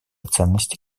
ценности